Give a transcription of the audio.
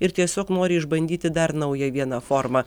ir tiesiog nori išbandyti dar naują vieną formą